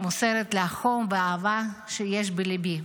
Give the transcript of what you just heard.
מוסרת לה חום ואהבה שיש בליבי.